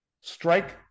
strike